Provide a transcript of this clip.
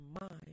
mind